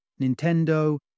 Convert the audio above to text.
Nintendo